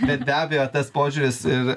bet be abejo tas požiūris ir